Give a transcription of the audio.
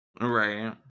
Right